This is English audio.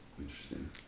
Interesting